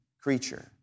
creature